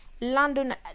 London